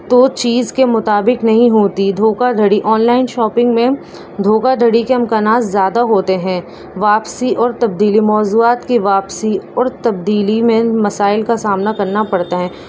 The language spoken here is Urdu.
تو چیز کے مطابق نہیں ہوتی دھوکا دھڑی آن لائن شاپنگ میں دھوکا دھڑی کے امکانات زیادہ ہوتے ہیں واپسی اور تبدیلی موضوعات کی واپسی اور تبدیلی میں مسائل کا سامنا کرنا پڑتا ہے